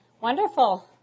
Wonderful